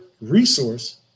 resource